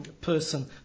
person